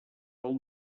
pel